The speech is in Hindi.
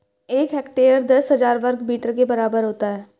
एक हेक्टेयर दस हजार वर्ग मीटर के बराबर होता है